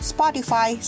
Spotify